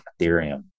Ethereum